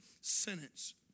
sentence